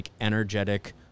energetic